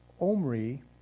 Omri